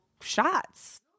shots